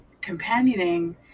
companioning